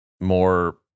more